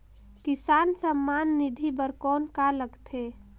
किसान सम्मान निधि बर कौन का लगथे?